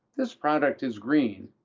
this product is green,